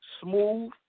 smooth